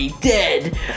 dead